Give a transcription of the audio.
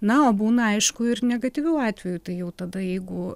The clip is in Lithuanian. na o būna aišku ir negatyvių atvejų tai jau tada jeigu